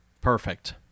Perfect